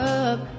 up